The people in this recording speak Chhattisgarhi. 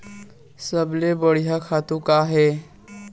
सबले बढ़िया खातु का हे?